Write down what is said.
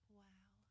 wow